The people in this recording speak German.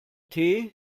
den